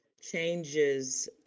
changes